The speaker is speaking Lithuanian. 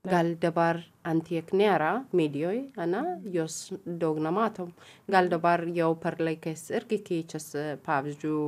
gal dabar ant tiek nėra medijoj ane jos daug nematom gal dabar jau per laikas irgi keičiasi pavyzdžiui